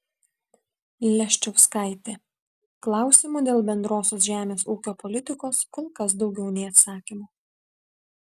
leščauskaitė klausimų dėl bendrosios žemės ūkio politikos kol kas daugiau nei atsakymų